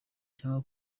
cyangwa